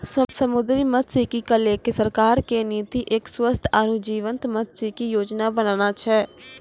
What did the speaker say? समुद्री मत्सयिकी क लैकॅ सरकार के नीति एक स्वस्थ आरो जीवंत मत्सयिकी योजना बनाना छै